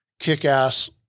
kick-ass